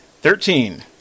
Thirteen